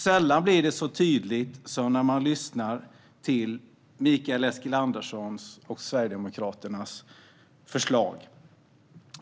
Sällan blir det så tydligt som när man lyssnar till Mikael Eskilanderssons och Sverigedemokraternas förslag.